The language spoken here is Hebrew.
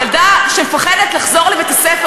ילדה מפחדת לחזור לבית-הספר,